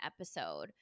episode